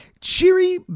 Cheery